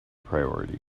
priority